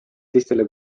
teistele